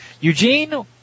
Eugene